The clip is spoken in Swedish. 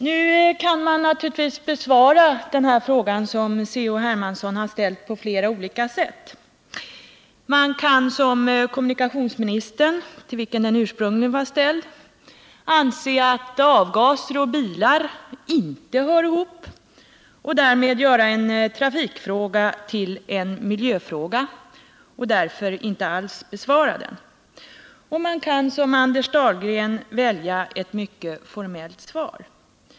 Herr talman! Man kan naturligtvis besvara den fråga, som C.-H. Hermansson har ställt, på flera olika sätt. Man kan som kommunikationsministern, till vilken frågan ursprungligen var ställd, anse att avgaser och bilar inte hör ihop och därmed göra en trafikfråga till en miljöfråga och därför inte alls besvara den. Man kan också som Anders Dahlgren gör välja ett mycket formellt svar.